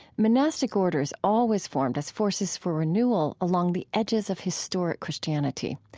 monastic orders always formed as forces for renewal along the edges of historic christianity.